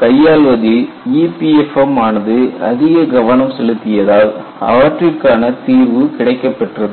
கையாள்வதில் EPFM ஆனது அதிக கவனம் செலுத்தியதால் அவற்றிற்கான தீர்வு கிடைக்கப் பெற்றது